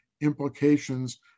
implications